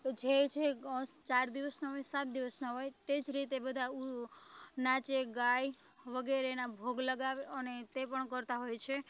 જે જે ચાર દિવસના હોય સાત દિવસના હોય તે જ રીતે બધા નાચે ગાય વગેરે એના ભોગ લગાવે અને તે પણ કરતા હોય છે